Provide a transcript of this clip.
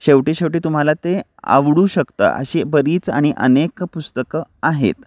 शेवटी शेवटी तुम्हाला ते आवडू शकतं अशी बरीच आणि अनेक पुस्तकं आहेत